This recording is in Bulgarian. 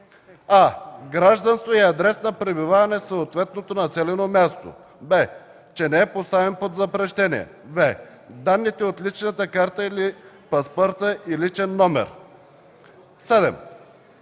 а) гражданство и адрес на пребиваване в съответното населено място; б) че не е поставен под запрещение; в) данните от личната карта или паспорта и личен номер; 7.